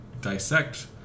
dissect